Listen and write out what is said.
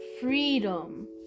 Freedom